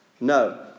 No